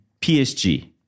PSG